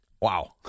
Wow